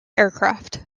aircraft